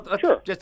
Sure